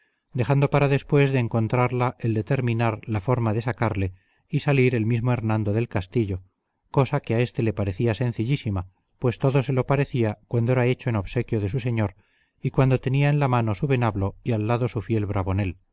dejando para después de encontrarla el determinar la forma de sacarle y salir el mismo hernando del castillo cosa que a éste le parecía sencillísima pues todo se lo parecía cuando era hecho en obsequio de su señor y cuando tenía en la mano su venablo y al lado su fiel bravonel